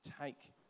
Take